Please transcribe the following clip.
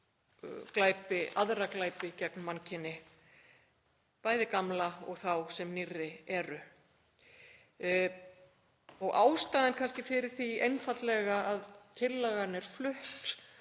aðra glæpi gegn mannkyni, bæði gamla og þá sem nýrri eru. Ástæðan kannski fyrir því einfaldlega að tillagan er flutt